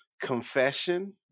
confession